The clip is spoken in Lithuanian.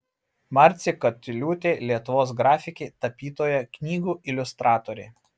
marcė katiliūtė lietuvos grafikė tapytoja knygų iliustratorė